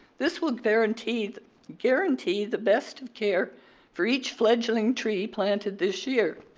this would guarantee the guarantee the best of care for each fledgling tree planted this year.